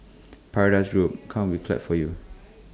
paradise group come we clap for you